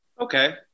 Okay